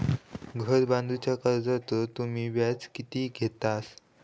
घर बांधूच्या कर्जाचो तुम्ही व्याज किती घेतास?